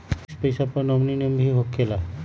Fix पईसा पर nominee name भी होकेला?